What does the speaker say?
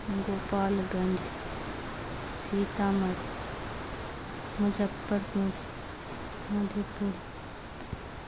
Gopal Ganj Sitamarhi Muzaffarpur مدھی Pura